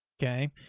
okay,